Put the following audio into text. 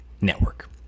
Network